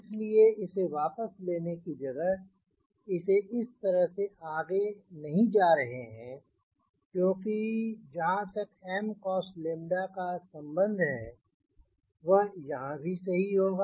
इसलिए इसे वापस लेने की जगह इसे इस तरह से आगे नहीं जाने दे रहे हैं क्योंकि जहाँ तक 𝑀𝑐𝑜𝑠𝛬 का संबंध है वह यहाँ भी सही होगा